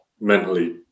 mentally